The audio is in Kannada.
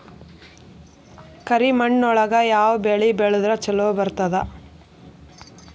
ಕರಿಮಣ್ಣೊಳಗ ಯಾವ ಬೆಳಿ ಬೆಳದ್ರ ಛಲೋ ಬರ್ತದ?